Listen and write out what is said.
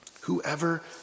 Whoever